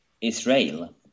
Israel